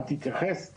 אל תתייחס?